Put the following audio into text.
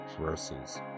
verses